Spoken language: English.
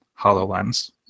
HoloLens